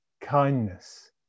kindness